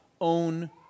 own